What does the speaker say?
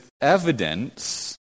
evidence